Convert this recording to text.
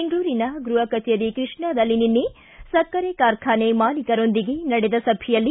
ಬೆಂಗಳೂರಿನ ಗೃಹ ಕಚೇರಿ ಕೃಷ್ಣಾದಲ್ಲಿ ನಿನ್ನೆ ಸಕ್ಕರೆ ಕಾರ್ಖಾನೆ ಮಾಲೀಕರೊಂದಿಗೆ ನಡೆದ ಸಭೆಯಲ್ಲಿ